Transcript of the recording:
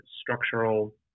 structural